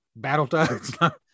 Battletoads